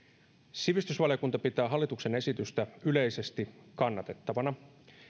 sivistysvaliokunta pitää hallituksen esitystä yleisesti kannatettavana